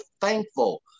thankful